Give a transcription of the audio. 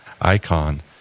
icon